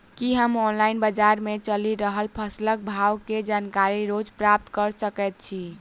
की हम ऑनलाइन, बजार मे चलि रहल फसलक भाव केँ जानकारी रोज प्राप्त कऽ सकैत छी?